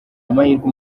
amahirwe